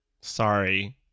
Sorry